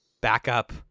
backup